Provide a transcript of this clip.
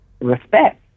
respect